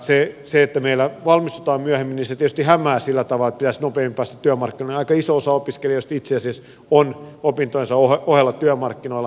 se että meillä valmistutaan myöhemmin tietysti hämää sillä tavalla että pitäisi nopeammin päästä työmarkkinoille ja aika iso opiskelijoista itse asiassa on opintojensa ohella työmarkkinoilla